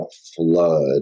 flood